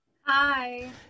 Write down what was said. Hi